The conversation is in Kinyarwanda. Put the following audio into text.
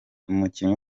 umukinnyi